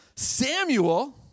Samuel